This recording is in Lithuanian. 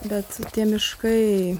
bet tie miškai